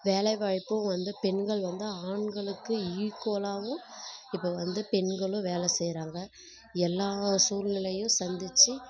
வேலை வாய்ப்பும் வந்து பெண்கள் வந்து ஆண்களுக்கு ஈக்கோலாகவும் இப்போ வந்து பெண்களும் வேலை செய்கிறாங்க எல்லா சூழ்நிலையும் சந்தித்து